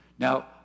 Now